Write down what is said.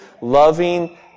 loving